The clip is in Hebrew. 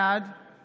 בעד